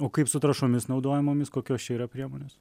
o kaip su trąšomis naudojamomis kokios čia yra priemonės